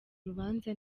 urubanza